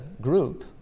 group